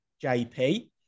JP